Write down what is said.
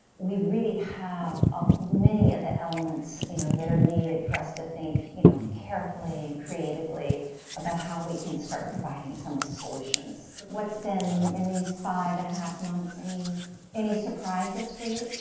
we really have many of the elements you know that are needed for us to think you know carefully and creatively about how we can start providing some of the solutions. what's been in these five and a half months, any any surprises for you?